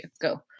Go